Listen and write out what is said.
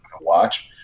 watch